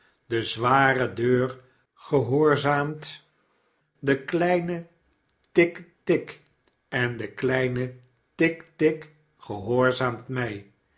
de zware deur gehoorzaamt den kleinen tiktik en de kleine tik tik gehoorzaamt mij